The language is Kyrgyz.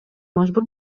мажбур